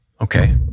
Okay